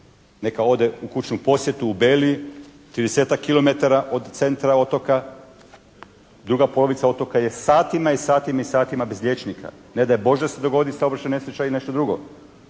Neka ode u kućnu posjetu u Beli 30-tak kilometara od centra otoka, druga polovica je satima i satima i satima bez liječnika. Ne daj Bože da se dogodi saobraćajna nesreća ili nešto drugo.